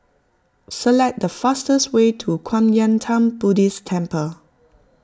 select the fastest way to Kwan Yam theng Buddhist Temple